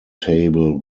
table